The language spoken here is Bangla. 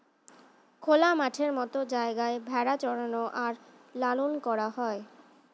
খোলা মাঠের মত জায়গায় ভেড়া চরানো আর লালন করা হয়